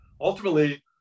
ultimately